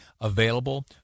available